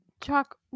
chuck